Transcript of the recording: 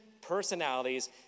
personalities